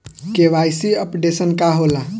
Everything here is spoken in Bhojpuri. के.वाइ.सी अपडेशन का होला?